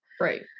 Right